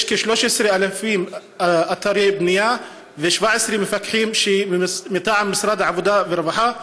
יש כ-13,000 אתרי בנייה ו-17 מפקחים מטעם משרד העבודה והרווחה.